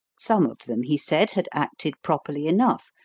some of them, he said, had acted properly enough,